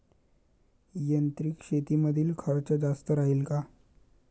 यांत्रिक शेतीमंदील खर्च जास्त राहीन का?